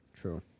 True